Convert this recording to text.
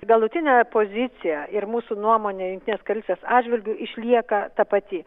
galutinė pozicija ir mūsų nuomonė jungtinės karalystės atžvilgiu išlieka ta pati